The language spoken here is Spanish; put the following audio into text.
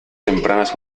tempranas